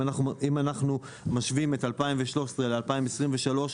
אם אנחנו משווים את 2013 ל-2023,